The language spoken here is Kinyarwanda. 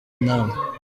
nama